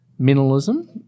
minimalism